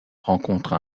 rencontre